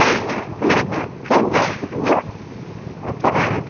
சரிங்க சரிங்க சரிங்க வைக்கட்டுங்களா வச்சிடுறேன்